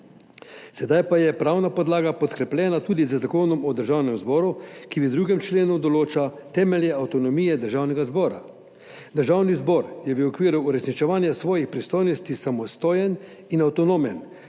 Sedaj pa je pravna podlaga podkrepljena tudi z Zakonom o Državnem zboru, ki v 2. členu določa temelje avtonomije Državnega zbora. Državni zbor je v okviru uresničevanja svojih pristojnosti samostojen in avtonomen